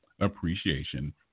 appreciation